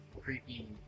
creepy